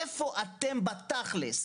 איפה אתם בתכלס,